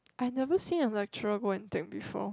I never seen a lecturer go and take before